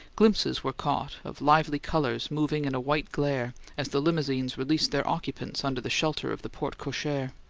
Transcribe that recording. glimpses were caught of lively colours moving in a white glare as the limousines released their occupants under the shelter of the porte-cochere.